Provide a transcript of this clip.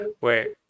Wait